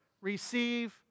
receive